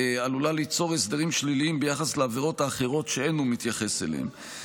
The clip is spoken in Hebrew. עלולה ליצור הסדרים שליליים ביחס לעבירות האחרות שאין הוא מתייחס אליהן.